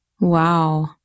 Wow